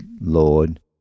Lord